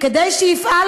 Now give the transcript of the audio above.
היא לא קראה את זה אפילו.